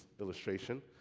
illustration